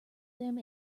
them